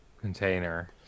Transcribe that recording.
container